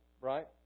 right